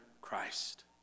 Christ